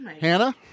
Hannah